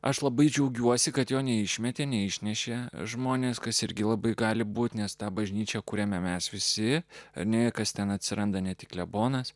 aš labai džiaugiuosi kad jo neišmetė neišnešė žmonės kas irgi labai gali būti nes tą bažnyčią kuriame mes visi niekas ten atsiranda ne tik klebonas